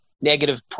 negative